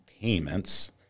payments